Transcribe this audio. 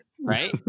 right